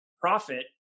profit